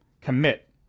commit